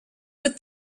with